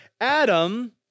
Adam